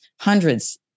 Hundreds